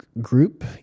group